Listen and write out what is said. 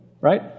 right